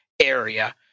area